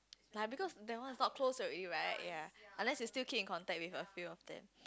ya because that one is not close already right ya unless you still keep in contact with a few of them